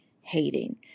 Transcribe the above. hating